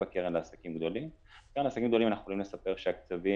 בקרן לעסקים גדולים אנחנו יכולים לספר שהקצבים